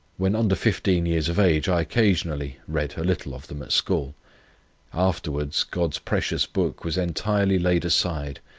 when under fifteen years of age, i occasionally read a little of them at school afterwards god's precious book was entirely laid aside,